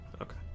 Okay